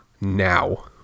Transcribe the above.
now